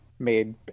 made